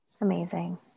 Amazing